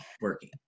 working